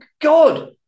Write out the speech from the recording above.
God